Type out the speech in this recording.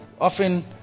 often